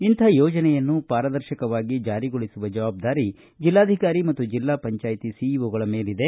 ಇಂಥ ಯೋಜನೆಯನ್ನು ಪಾರದರ್ಶಕವಾಗಿ ಜಾರಿಗೊಳಿಸುವ ಜವಾಬ್ದಾರಿ ಜಿಲ್ಲಾಧಿಕಾರಿ ಮತ್ತು ಜಿಲ್ಲಾ ಪಂಚಾಯ್ತಿ ಸಿಇಓಗಳ ಮೇಲಿದೆ